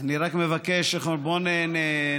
אני רק מבקש, בוא נרגיע.